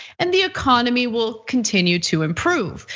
and the economy will continue to improve.